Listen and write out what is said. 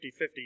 50-50